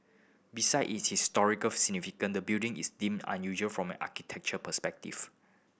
beside it is historical significance the building is deemed unusual from an architectural perspective